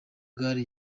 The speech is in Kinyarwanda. gare